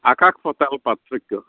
আকাশ পাতাল পাৰ্থক্য